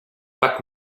pac